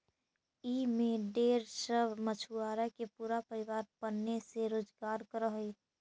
ई में ढेर सब मछुआरा के पूरा परिवार पने से रोजकार कर हई